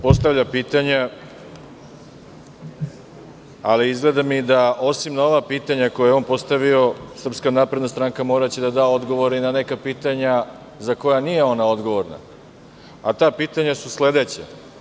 Postavlja pitanja, ali izgleda mi da osim na ova pitanja koja je on postavio, SNS moraće da dâ odgovore i na neka pitanja za koja nije ona odgovorna, a ta pitanja su sledeća.